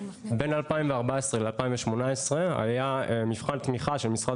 בין 2014 ל-2018 היה מבחן תמיכה של משרד